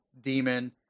demon